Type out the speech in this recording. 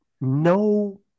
no